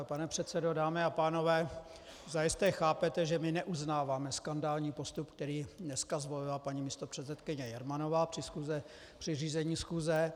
Pane předsedo, dámy a pánové, zajisté chápete, že my neuznáváme skandální postup, který dneska zvolila paní místopředsedkyně Jermanová při řízení schůze.